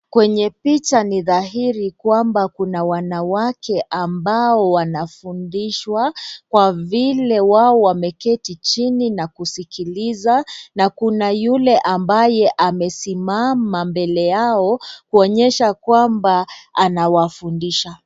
Kwenye picha ni dhahiri kwamba kuna wanawake ambao wanafundishwa kwa vile wao wameketi chini na kusikiliza na kuna yule ambaye amesimama mbele yao kuonyesha kwamba anawafundisha.